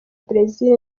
brazil